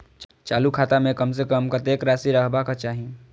चालु खाता में कम से कम कतेक राशि रहबाक चाही?